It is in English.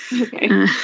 Okay